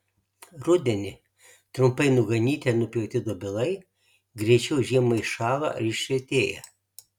rudenį trumpai nuganyti ar nupjauti dobilai greičiau žiemą iššąla ar išretėja